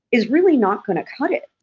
is really not going to cut it.